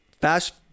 Fast